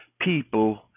people